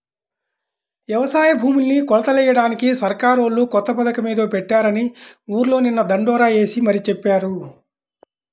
యవసాయ భూముల్ని కొలతలెయ్యడానికి సర్కారోళ్ళు కొత్త పథకమేదో పెట్టారని ఊర్లో నిన్న దండోరా యేసి మరీ చెప్పారు